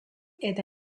eta